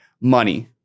money